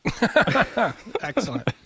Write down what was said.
Excellent